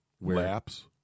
laps